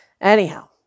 Anyhow